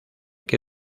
que